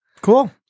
Cool